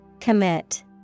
Commit